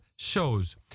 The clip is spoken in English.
Shows